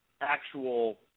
actual